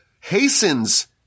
hastens